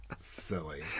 Silly